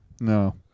No